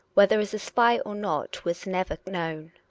whether as a spy or not was never known.